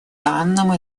данном